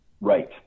Right